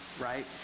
right